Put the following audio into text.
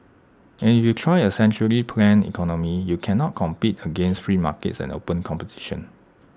and if you try A centrally planned economy you cannot compete against free markets and open competition